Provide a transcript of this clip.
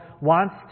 wants